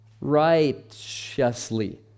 righteously